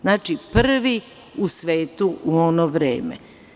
Znači, prvi u svetu u ono vreme.